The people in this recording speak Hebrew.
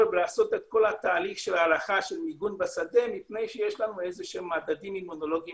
ולעשות את כל התהליך של הערכה של מיגון בשדה מפני שיש לנו מדדים אימונולוגיים